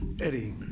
Eddie